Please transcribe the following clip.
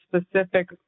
specific